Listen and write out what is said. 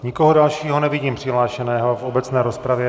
Nikoho dalšího nevidím přihlášeného v obecné rozpravě.